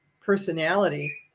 personality